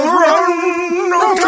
run